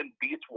beats